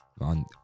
On